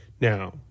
Now